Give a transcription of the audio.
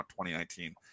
2019